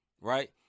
right